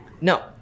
No